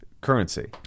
currency